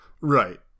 right